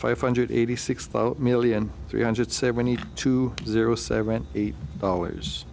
five hundred eighty six million three hundred seventy two zero seven eight dollars